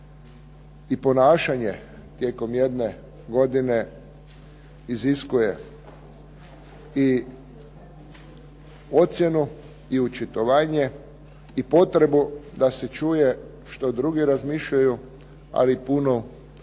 i ponašanje tijekom jedne godine iziskuje i ocjenu i očitovanje i potrebu da se čuje što drugi razmišljaju, ali punu odgovornost